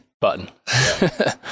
button